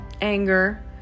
anger